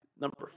number